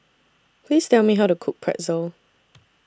Please Tell Me How to Cook Pretzel